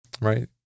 right